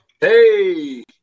Hey